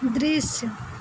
दृश्य